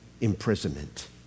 imprisonment